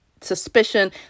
suspicion